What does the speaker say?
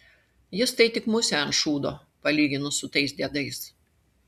jis tai tik musė ant šūdo palyginus su tais diedais